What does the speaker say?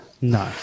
No